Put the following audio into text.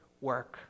work